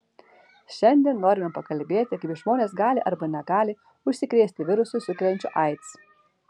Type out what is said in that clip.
šiandien norime pakalbėti kaip žmonės gali arba negali užsikrėsti virusu sukeliančiu aids